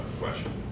question